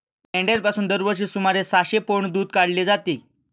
मेंढ्यांपासून दरवर्षी सुमारे सहाशे पौंड दूध काढले जाते